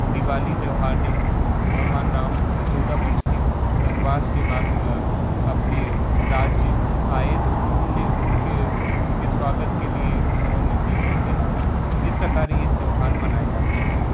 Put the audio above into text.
दिवाली त्यौहार जब भगवान राम चौदह वर्ष के बनवास के बाद अपने राज्य आए तो लोगों ने उनके उनके स्वागत के लिए घरों में दीपक जलाया इस प्रकार ये त्यौहार मनाए जाते हैं